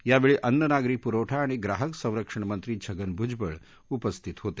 यावेळी अन्न नागरी पुरवठा आणि ग्राहक संरक्षण मंत्री छगन भुजबळ उपस्थित होते